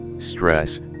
stress